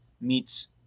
meets